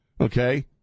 Okay